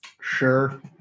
sure